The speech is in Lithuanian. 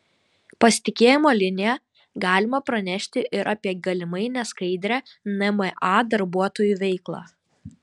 pasitikėjimo linija galima pranešti ir apie galimai neskaidrią nma darbuotojų veiklą